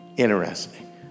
Interesting